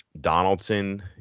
Donaldson